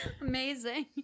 amazing